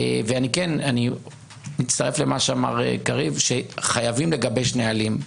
ואני מצטרף למה שאמר קריב, שחייבים לגבש נהלים.